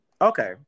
Okay